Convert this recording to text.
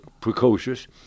precocious